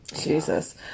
Jesus